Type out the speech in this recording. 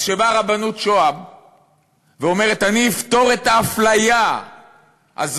אז כשבאה רבנות שוהם ואומרת: אני אפתור את האפליה הזאת,